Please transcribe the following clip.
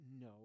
no